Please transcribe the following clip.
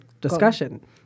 discussion